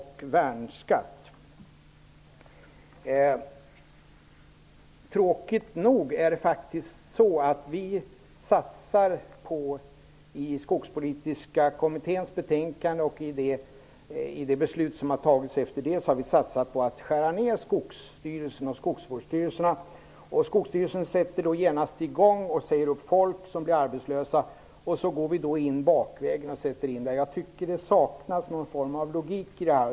I det beslut som har fattats utifrån Skogspolitiska kommitténs betänkande har man tråkigt nog satsat på att skära ned Skogsstyrelsen och skogsvårdstyrelserna. Genast satte Skogsstyrelsen i gång med att säga upp folk som blir arbetlösa. Då måste vi gå in bakvägen och sätta in resurser där. Det saknas logik i detta.